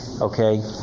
okay